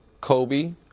Kobe